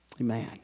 Amen